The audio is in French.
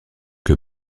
que